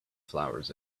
flowers